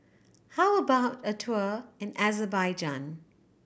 how about a tour in Azerbaijan